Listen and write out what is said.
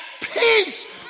peace